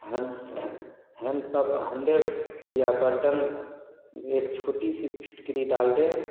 या बर्तन एक छोटी सी फिटकरी डाल दें